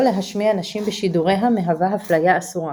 להשמיע נשים בשידוריה מהווה הפליה אסורה.